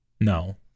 No